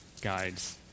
guides